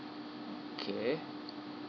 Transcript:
okay